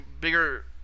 bigger